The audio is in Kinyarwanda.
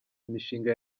imishinga